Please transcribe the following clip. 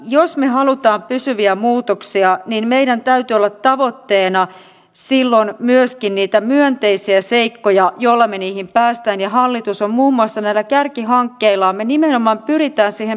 heikosta vientitilanteesta riippumatta suomalaiset ovat edelleen innovatiivisia ja saamme kannustetuksi opiskelijoita mukaan erilaisiin korkeakoulujen ja yritysten hankkeisiin jolloin innovaatio ja keino toteuttaa innovaatiot kohtaavat toisensa nykyistä varmemmin